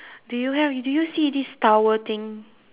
do you have do you see this tower thing